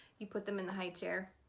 you put them in the highchair,